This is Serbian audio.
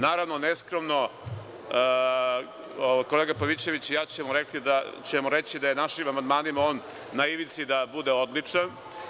Naravno, neskromno, kolega Pavićević i ja ćemo reći da je našim amandmanima on na ivici da bude odličan.